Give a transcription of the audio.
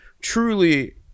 truly